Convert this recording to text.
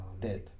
Dead